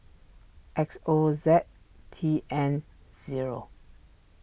X O Z T N zero